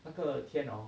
那个天 hor